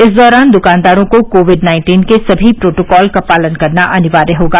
इस दौरान दुकानदारों को कोविड नाइन्टीन के सभी प्रोटोकॉल का पालन करना अनिवार्य होगा